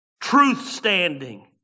truth-standing